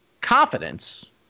confidence